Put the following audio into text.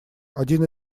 один